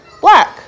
black